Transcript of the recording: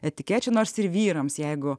etikečių nors ir vyrams jeigu